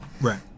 Right